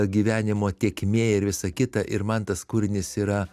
gyvenimo tėkmė ir visa kita ir man tas kūrinys yra